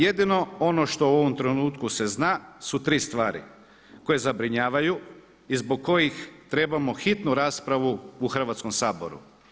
Jedino ono što u ovom trenutku se zna su tri stvari koje zabrinjavaju i zbog kojih trebamo hitnu raspravu u Hrvatskom saboru.